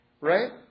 Right